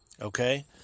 Okay